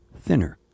thinner